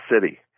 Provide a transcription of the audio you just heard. city